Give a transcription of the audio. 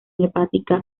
hepática